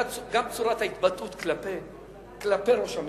גם צורת ההתבטאות כלפי ראש הממשלה,